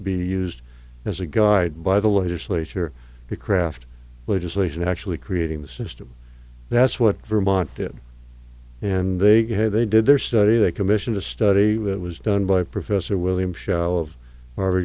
be used as a guide by the legislature to craft legislation actually creating a system that's what vermont did and they had they did their study they commissioned a study that was done by professor william sh